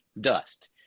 dust